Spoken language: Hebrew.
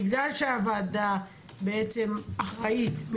בגלל שהוועדה בעצם אחראית,